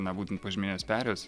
na būtent požeminės perėjos